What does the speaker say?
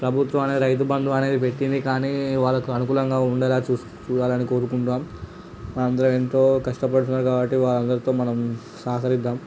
ప్రభుత్వం అనేది రైతు బంధం అనేది పెట్టింది కానీ వాళ్ళకు అనుకూలంగా ఉండేలా చూడాలని కోరుకుంటున్నాం అందరూ ఎంతో కష్టపడుతున్నారు కాబట్టి వాళ్ళందరితో మనం సహకరిద్దాం